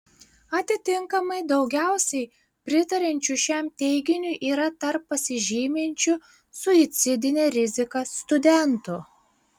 atitinkamai daugiausiai pritariančių šiam teiginiui yra tarp pasižyminčių suicidine rizika studentų